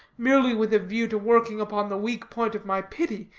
merely with a view to working upon the weak point of my pity,